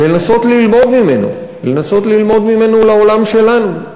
לנסות ללמוד ממנו, לנסות ללמוד ממנו לעולם שלנו,